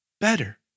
better